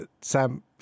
Sam